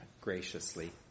graciously